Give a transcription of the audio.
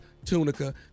Tunica